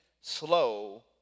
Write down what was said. slow